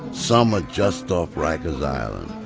some are just off rikers island.